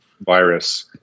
virus